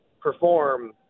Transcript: perform